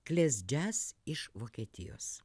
klės džiaz iš vokietijos